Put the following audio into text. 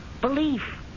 belief